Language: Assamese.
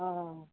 অ